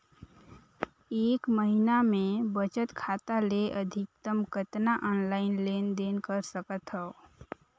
एक महीना मे बचत खाता ले अधिकतम कतना ऑनलाइन लेन देन कर सकत हव?